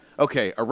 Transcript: Okay